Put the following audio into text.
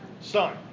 Son